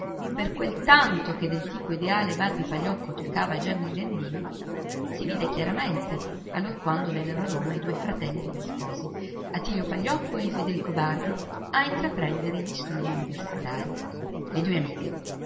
per quel tanto che del tipo ideale barbipagliocco toccava a gemma gandini si vide chiaramente allorquando vennero a roma i due fratelli degli sposi attilio pagliocco e federico barbi a intraprendere gli studii universitarii le due amiche